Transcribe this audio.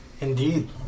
Indeed